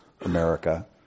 America